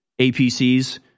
APCs